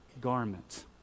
garment